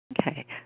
Okay